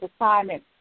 assignment